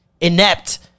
inept